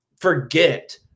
forget